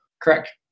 Correct